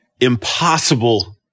impossible